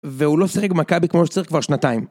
והוא לא שיחק במכבי כמו שצריך כבר שנתיים